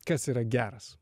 kas yra geras